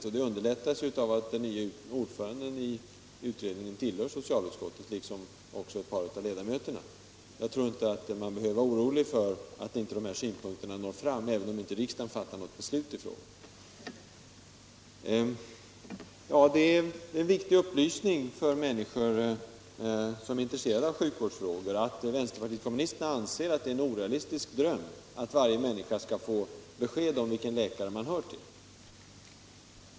Det underlättas av att den nye ordföranden, liksom ett par av ledamöterna i utredningen, tillhör socialutskottet. Jag tror därför inte att man behöver vara orolig för att de här synpunkterna inte når fram, även om riksdagen inte fattar något beslut i frågan. För människor som är intresserade av sjukvårdsfrågor är det en viktig upplysning att vänsterpartiet kommunisterna anser att det är en orealistisk dröm att varje människa skall få besked om vilken läkare man hör till.